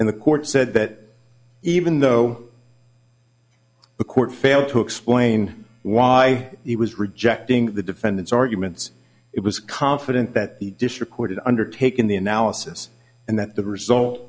and the court said that even though the court failed to explain why he was rejecting the defendant's arguments it was confident that the dish recorded undertaken the analysis and that the result